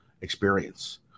experience